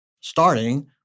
starting